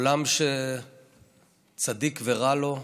עולם של צדיק ורע לו,